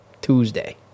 Tuesday